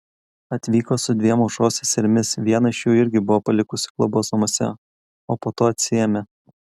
atvyko su dviem aušros seserimis vieną iš jų irgi buvo palikusi globos namuose o po to atsiėmė